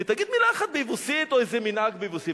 תגיד מלה אחת ביבוסית או איזה מנהג יבוסי.